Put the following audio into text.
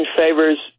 favors